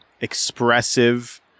expressive